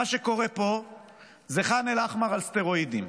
מה שקורא פה זה ח'אן אל-אחמר על סטרואידים.